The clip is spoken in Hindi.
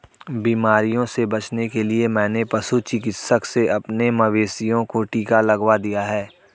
बीमारियों से बचने के लिए मैंने पशु चिकित्सक से अपने मवेशियों को टिका लगवा दिया है